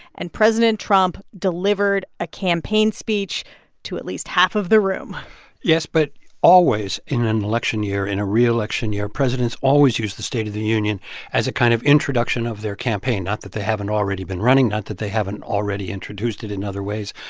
and president trump delivered a campaign speech to at least half of the room yes, but always in an election year in a reelection year, presidents always use the state of the union as a kind of introduction of their campaign, not that they haven't already been running, not that they haven't already introduced it in other ways.